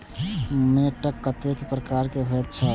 मैंट कतेक प्रकार के होयत छै?